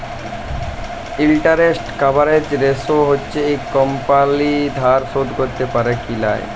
interest coverage ratio হচ্যে একট company ধার শোধ ক্যরতে প্যারে কি লায়